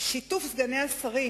שיתוף סגני השרים,